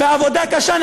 בעבודה קשה,